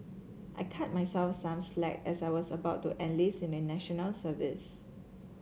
I cut myself some slack as I was about to enlist in a National Service